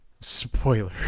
Spoiler